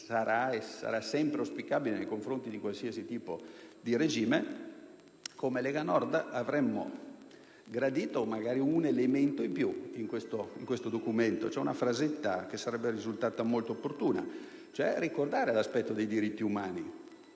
sarà sempre auspicabile nei confronti di qualsiasi tipo di regime. Come Lega Nord, avremmo gradito magari un elemento in più in questo documento. Una frasetta sarebbe infatti risultata molto opportuna: ricordare l'aspetto dei diritti umani,